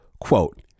Quote